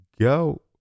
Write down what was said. go